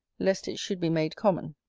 lest it should be made common.